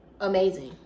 amazing